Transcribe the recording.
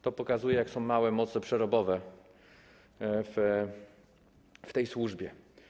To pokazuje, jak małe są moce przerobowe w tej służbie.